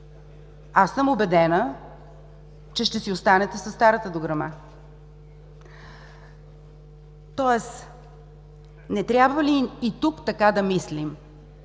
Аз съм убедена, че ще си останете със старата дограма. Тоест, не трябва ли и тук така да мислим,